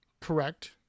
correct